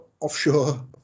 offshore